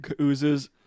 oozes